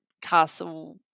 castle